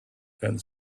and